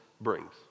brings